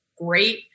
great